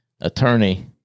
Attorney